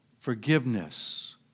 forgiveness